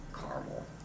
caramel